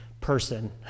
person